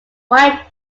white